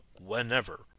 whenever